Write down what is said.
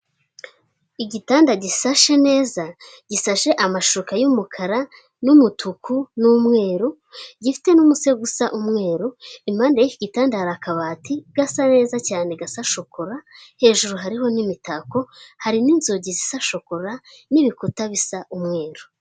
Igitanda gisashe neza gisashe amashuka y'umukara n'umutuku n'umweru gifite n'umusego usa umweru, impande y'iki gitanda hari akabati gasa neza cyane gasa shokora, hejuru hariho n'imitako hari n'inzugi zisa shokora n'ibikuta bisa umweru.